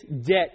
debt